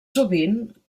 sovint